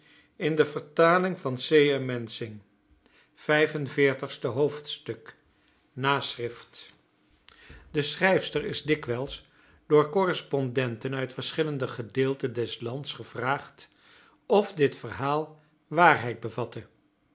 vijf en veertigste hoofdstuk naschrift de schrijfster is dikwijls door correspondenten uit verschillende gedeelten des lands gevraagd of dit verhaal waarheid bevatte